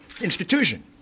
institution